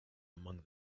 among